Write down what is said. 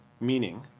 meaning